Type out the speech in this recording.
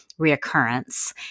reoccurrence